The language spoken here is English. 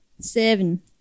Seven